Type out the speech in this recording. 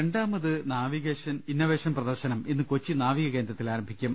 രണ്ടാമത് നാവിക ഇന്നവേഷൻ പ്രദർശനം ഇന്ന് കൊച്ചി നാവിക കേന്ദ്രത്തിൽ ആരംഭിക്കും